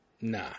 Nah